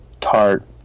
tart